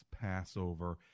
Passover